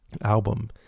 album